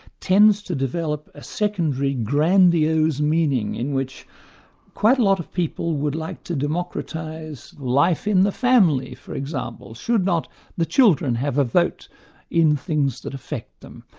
tends to develop a secondary grandiose meaning in which quite a lot of people would like to democratise life in the family, for example. should not the children have a vote in things that affect them?